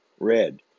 red